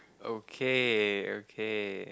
okay okay